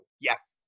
Yes